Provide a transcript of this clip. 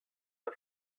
the